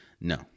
no